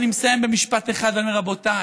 אני מסיים במשפט אחד ואני אומר: רבותיי,